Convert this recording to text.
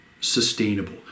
sustainable